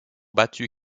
battu